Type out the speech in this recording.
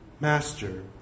Master